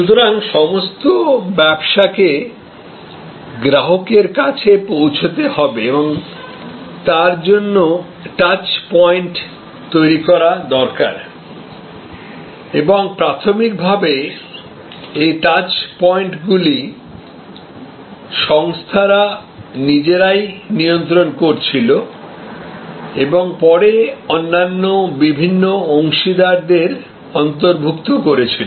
সুতরাং সমস্ত ব্যবসাকে গ্রাহকের কাছে পৌঁছাতে হবে এবং তার জন্য টাচ পয়েন্ট তৈরি করা দরকার এবং প্রাথমিকভাবে এই টাচ পয়েন্টগুলি সংস্থারা নিজেরাই নিয়ন্ত্রণ করছিল এবং পরে অন্যান্য বিভিন্ন অংশীদারদের অন্তর্ভুক্ত করেছিল